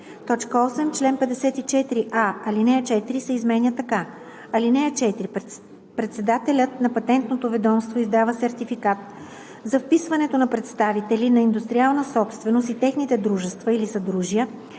такива“. 8. Член 54а, ал. 4 се изменя така: „(4) Председателят на Патентното ведомство издава сертификат за вписването на представители по индустриална собственост и техните дружества или съдружия